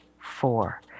four